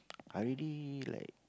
I already like